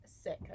sick